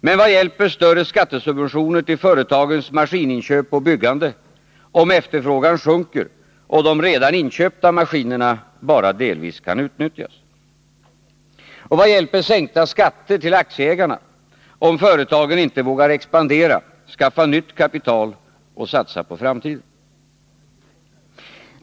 Men vad hjälper större skattesubventioner till företagens maskininköp och byggande, om efterfrågan sjunker och de redan inköpta maskinerna bara delvis kan utnyttjas? Och vad hjälper sänkta skatter för aktieägarna, om företagen inte vågar expandera, skaffa nytt kapital och satsa på framtiden?